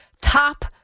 top